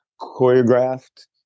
choreographed